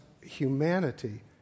humanity